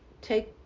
take